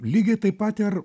lygiai taip pat ir